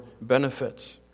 benefits